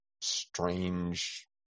strange